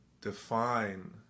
define